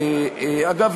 אגב,